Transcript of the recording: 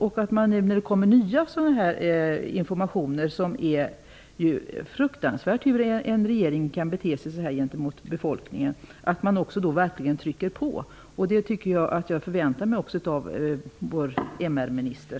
När det nu kommer nya informationer om hur fruktansvärt en regering kan bete sig gentemot befolkningen borde man verkligen trycka på. Det förväntar jag mig av vår MR-minister.